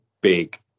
big